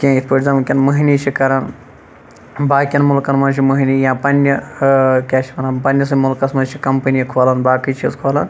کینٛہہ یِتھ پٲٹھۍ زَن وٕنکٮ۪ن مٔہنی چھِ کَران باقیَن مُلکَن مَنٛز چھِ مٔہنی یا پَننہِ کیا چھِ وَنان پَننِسی مُلکَس مَنٛز چھِ کَمپنی کھولان باقی چیٖز کھولان